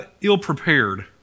ill-prepared